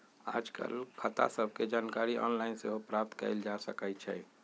याजकाल खता सभके जानकारी ऑनलाइन सेहो प्राप्त कयल जा सकइ छै